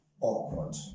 awkward